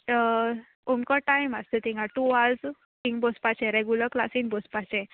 अमको टायम आसता थिंगां टू आवर्स थिंगां बोसपाचें रेगुलर क्लासीन बोसपाचें